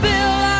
Bill